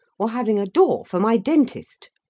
or having a door for my dentist?